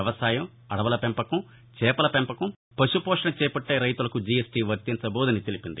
వ్యవసాయం అడవుల పెంపకం చేపల పెంపకం పశుపోషణ చేపట్టే రైతులకు జీఎస్టీ వర్తింపబోదని తెలిపింది